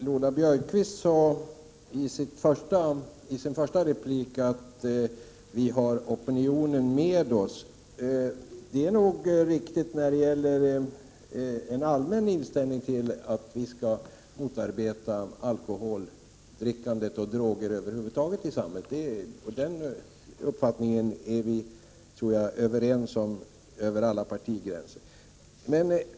Herr talman! Lola Björkquist sade i sin första replik att ”vi har opinionen med oss”. Det är nog riktigt när det gäller en allmän inställning till att alkoholdrickandet och droger över huvud taget skall motarbetas i samhället. Den uppfattningen är vi överens om över alla partigränser.